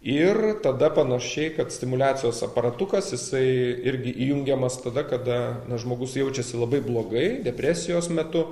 ir tada panašiai kad stimuliacijos aparatukas jisai irgi įjungiamas tada kada na žmogus jaučiasi labai blogai depresijos metu